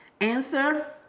Answer